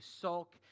sulk